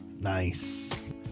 Nice